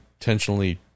intentionally